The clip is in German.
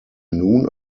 nun